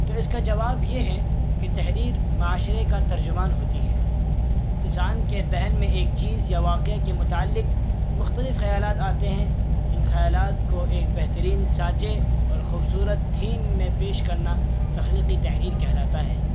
تو اس کا جواب یہ ہے کہ تحریر معاشرے کا ترجمان ہوتی ہے انسان کے ذہن میں ایک چیز یا واقعے کے متعلق مختلف خیالات آتے ہیں ان خیالات کو ایک بہترین سانچے اور خوبصورت تھیم میں پیش کرنا تخلیقی تحریر کہلاتا ہے